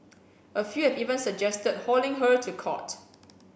a few have even suggested hauling her to court